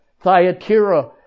Thyatira